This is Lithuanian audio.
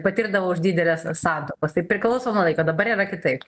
patirdavo už dideles santaupas tai priklauso nuo laiko dabar yra kitaip